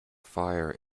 fire